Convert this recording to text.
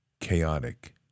chaotic